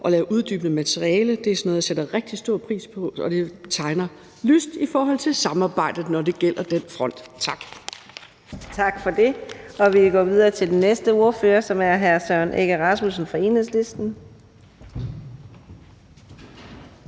og lave uddybende materiale. Det er sådan noget, jeg sætter rigtig stor pris på, og det tegner lyst i forhold til samarbejdet, når det gælder den front. Tak. Kl. 18:29 Fjerde næstformand (Karina Adsbøl): Tak for det. Vi går videre til den næste ordfører, som er hr. Søren Egge Rasmussen fra Enhedslisten.